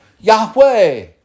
Yahweh